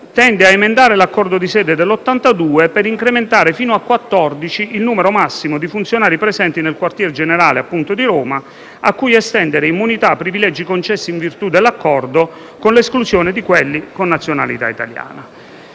tende a emendare l'Accordo di sede del 1982, per incrementare fino a 14 il numero massimo di funzionari presenti nel quartier generale di Roma, a cui estendere immunità e privilegi, concessi in virtù dell'Accordo, con l'esclusione di quelli con nazionalità italiana.